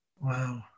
Wow